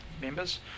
members